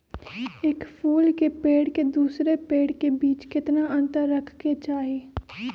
एक फुल के पेड़ के दूसरे पेड़ के बीज केतना अंतर रखके चाहि?